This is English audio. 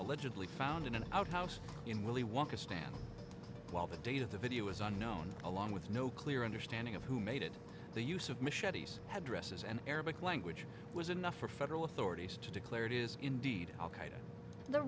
allegedly found in an outhouse in willy wonka stand while the date of the video is unknown along with no clear understanding of who made the use of machetes had dresses and arabic language was enough for federal authorities to declare it is indeed al